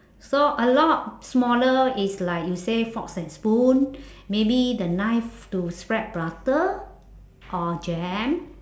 so a lot smaller is like you say forks and spoon maybe the knife to spread butter or jam